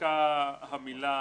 נמחקה המילה